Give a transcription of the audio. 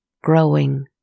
growing